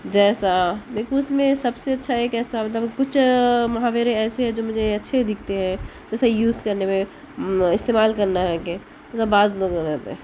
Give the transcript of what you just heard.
جیسا میرے کو اس میں سب سے اچھا یہ ہے کہ کچھ محاورے ایسے ہیں جو مجھے اچھے دکھتے ہیں اسے یوز کرنے میں استعمال کرنا ہے کہ مطلب بعض لوگوں کی طرح